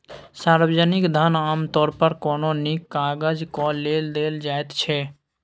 सार्वजनिक धन आमतौर पर कोनो नीक काजक लेल देल जाइत छै